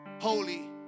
holy